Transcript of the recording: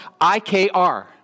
IKR